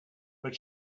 but